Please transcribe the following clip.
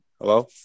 Hello